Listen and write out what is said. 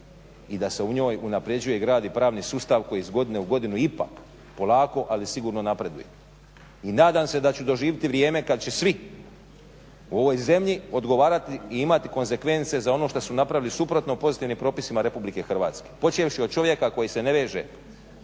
i da se u njoj unapređuje i gradi pravni sustav koji iz godine u godinu ipak polako ali sigurno napreduje. I nadam se da ću doživjeti vrijeme kad će svi u ovoj zemlji odgovarati i imati konzekvence za ono što su napravili suprotno pozitivnim propisima RH. Počevši od čovjeka koji se ne veže